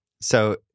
So-